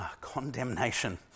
condemnation